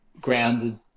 grounded